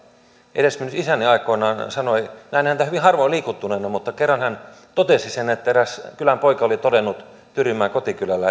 edesmennyt isäni aikoinaan sanoi näin häntä hyvin harvoin liikuttuneena mutta kerran hän totesi sen että eräs kylän poika oli todennut tyyrinmäen kotikylällä